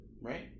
Right